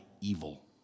evil